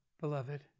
beloved